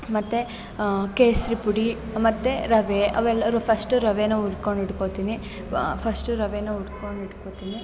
ಮತ್ತು ಕೇಸರಿ ಪುಡಿ ಮತ್ತು ರವೆ ಅವೆಲ್ಲ ಫಸ್ಟು ರವೇನ ಹುರ್ಕೊಂಡ್ ಇಟ್ಕೋತೀನಿ ಫಸ್ಟು ರವೇನ ಹುರ್ಕೊಂಡ್ ಇಟ್ಕೋತೀನಿ